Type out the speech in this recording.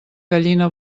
gallina